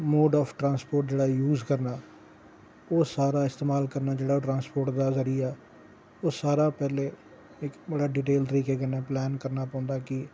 mode of transport केह्ड़ा use करना ऐ ओह् सारा इस्तेमाल करना जेह्ड़ा ट्रांसपोर्ट दा ज़रिआ ओह् सारा पैहले इक बड़े ड़िटेल तरीके नै पलैन करने पौंदा ऐ कि